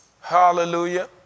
Hallelujah